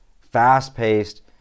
fast-paced